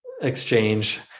exchange